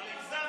הגזמת.